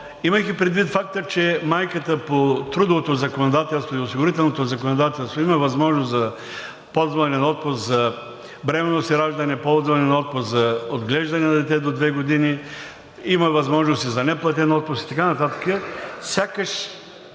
имайки предвид факта, че майката по трудовото и осигурителното законодателство има възможност за ползване на отпуск за бременност и раждане, ползване на отпуск за отглеждане на дете до две години, има възможност и за неплатен отпуск и така нататък